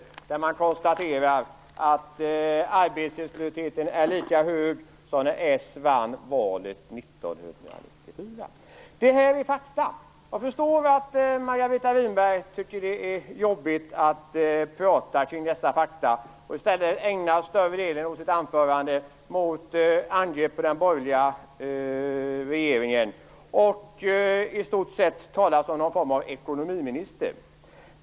Tidningen konstaterar att arbetslösheten är lika hög som när s vann valet 1994. Detta är fakta. Jag förstår att Margareta Winberg tycker att det är jobbigt att prata kring dessa fakta, och att hon i stället ägnar större delen av sitt anförande åt angrepp på den borgerliga regeringen. I stort sett talar hon som någon form av ekonomiminister.